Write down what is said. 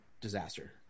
disaster